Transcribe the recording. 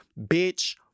Bitch